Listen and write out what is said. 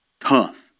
tough